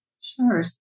Sure